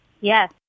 Yes